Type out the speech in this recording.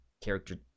character